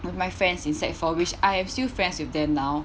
with my friends in sec four which I am still friends with them now